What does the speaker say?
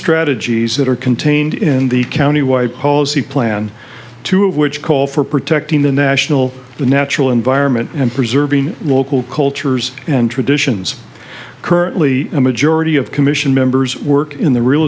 strategies that are contained in the county wide policy plan two of which call for protecting the national the natural environment and preserving local cultures and traditions currently a majority of commission members work in the real